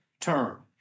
term